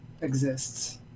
exists